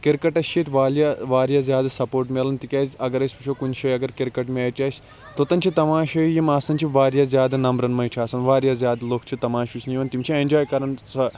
کِرکَٹَس چھِ ییٚتہِ والیاہ واریاہ زیادٕ سپوٹ میلان تکیازِ اگَر أسۍ وٕچھو کُنہِ جٲے اَگَر کِرکَٹ میچ آسہِ توٚتَن چھِ تَماشٲیی یِم آسان واریاہ زیادٕ نَمبرَن مَنٛز چھِ آسان واریاہ زیادٕ لُکھ چھِ تَماش وٕچھنہٕ یِوان تِم چھِ ایٚنجاے کَران سۄ